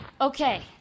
Okay